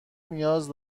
نیاز